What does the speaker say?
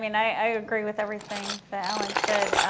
and i agree with everything that allen said.